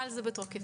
בתוקף.